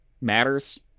matters